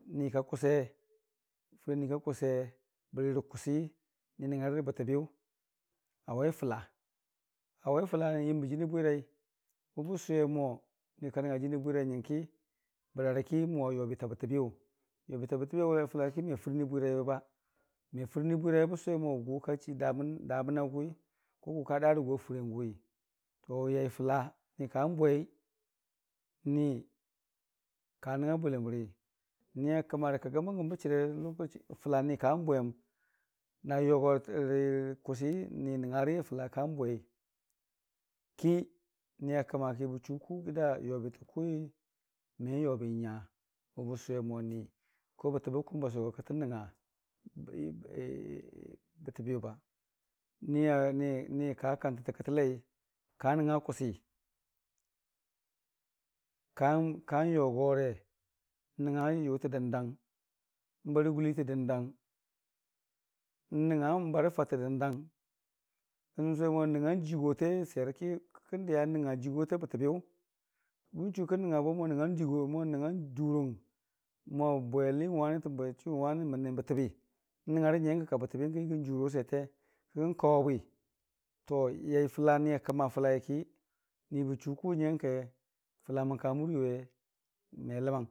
Fɨraniyʊ ka kʊse bərirə kʊsi ni nəngngarə rə bətəbiyʊ awai fəla, awai fəla n'yəmbə jənii bwirai wʊbən sʊwemo ni ka nəngnga jənii jənii bwirai nyəngki bərarəki məwoyobita bətəbiyʊ, yobita bətəbi yʊ afəlaiki me fɨrnii bwiraiwe me fɨnii bwiraiwe bən sʊwemo gʊ kachii daaməna gʊwi kəgʊ ka daarəgʊ a fɨrang gʊwi yai fəla ni kangbwei ni ka nəngnga bwiləniri, ni akəma rə kagəm bangəm bə chərem fəla ni kangbwem na yogorə ii kʊsi ni nəngngari a fəla kangwei kini kakəmaki bə chukʊ kida nyobitə kʊwi men yobi nya wʊban sʊwe mo ni bətəbə kʊwʊm basʊwego kələ nəngnga bətəbi yʊ, niya ni ni ka kantətə kətəlei ka nəngnga kʊsi kan yogore n'nəngnga yʊta dəndang n'barə gʊliitə dəndang, n'nəngnga n'barə fatə dəndang, n'sʊwo mo n'nəngngang jiigote swiyorki kən diya n'nəngnga jiigota bətəbiyʊ bən chuba mon'nəngngang durong mo bweli tən, bwechʊ wiwe məni n'bətəbi, n'nəngngarə nyaingkə ka bətəbiyəngki bən juro swetee kən kawebwi yai fəla ni a kəma yaifə laiki ni bəchu kʊ nyaingke fələ mən ka muriiyuwe menyagʊ.